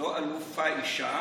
אלופה אישה